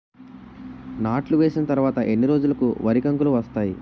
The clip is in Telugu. నాట్లు వేసిన తర్వాత ఎన్ని రోజులకు వరి కంకులు వస్తాయి?